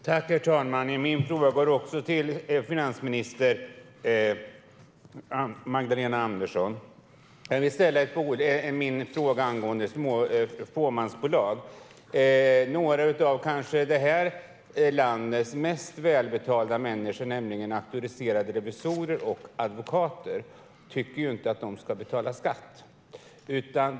Herr talman! Även min fråga, som rör fåmansbolag, går till finansminister Magdalena Andersson. Några av det här landets kanske mest välbetalda människor, nämligen auktoriserade revisorer och advokater, tycker inte att de ska betala skatt.